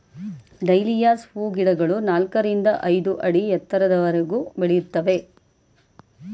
dahlias ಹೂಗಿಡಗಳು ನಾಲ್ಕರಿಂದ ಐದು ಅಡಿ ಎತ್ತರದವರೆಗೂ ಬೆಳೆಯುತ್ತವೆ